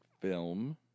film